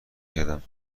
کردم